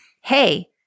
hey –